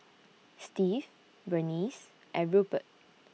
Steve Burnice and Rupert